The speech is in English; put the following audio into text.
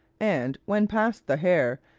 and, when past the hare,